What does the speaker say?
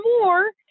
more